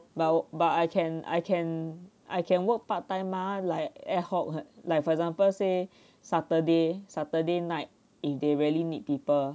but I can I can I can work part time mah like adhoc like for example say saturday saturday night if they really need people